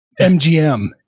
MGM